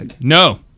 No